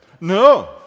No